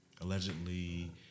allegedly